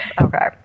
Okay